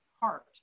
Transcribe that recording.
heart